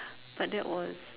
but that was